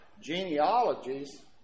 genealogies